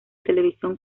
televisión